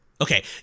Okay